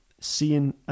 seeing